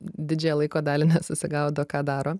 didžiąją laiko dalį nesusigaudo ką daro